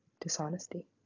Dishonesty